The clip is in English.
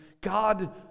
God